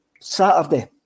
Saturday